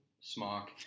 smock